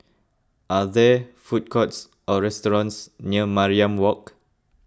are there food courts or restaurants near Mariam Walk